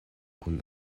kun